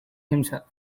himself